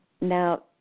Now